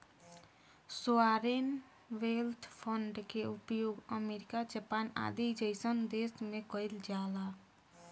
sovereign wealth fund के उपयोग America Japan आदि जईसन देश में कइल जाला